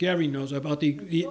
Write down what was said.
gary knows about the he